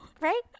right